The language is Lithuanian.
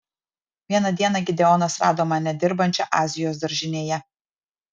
vieną dieną gideonas rado mane dirbančią azijos daržinėje